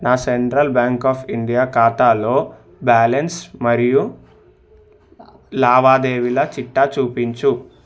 నా Central Bank of India ఖాతాలో balance మరియు లావాదేవీల చిట్టా చూపించు